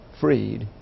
freed